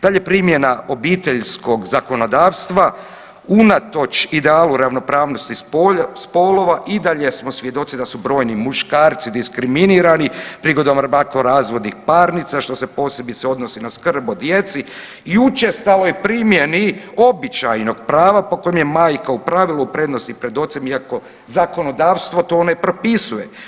Da li je primjena obiteljskog zakonodavstva unatoč idealu ravnopravnosti spolova i dalje smo svjedoci da su brojni muškarci diskriminirani prigodom brakorazvodnih parnica, što se posebice odnosi na skrb o djeci i učestaloj primjeni običajnog prava po kojem je majka u pravilu u prednosti pred ocem iako zakonodavstvo to ne propisuje.